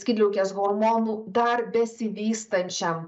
skydliaukės hormonų dar besivystančiam